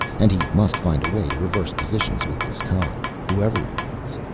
and he must find a way to reverse positions with this cop, whoever he was.